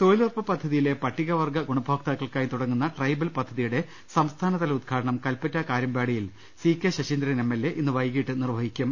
തൊഴിലുറപ്പ് പദ്ധതിയിലെ പട്ടികവർഗ ഗുണഭോക്താ ക്കൾക്കായി തുടങ്ങുന്ന ട്രൈബൽ പദ്ധതിയുടെ സംസ്ഥാനതല ഉദ്ഘാടനം കൽപ്പറ്റ കാര്യമ്പാടിയിൽ C K Saseendran MLA ഇന്ന് വൈകിട്ട് നിർവഹിക്കും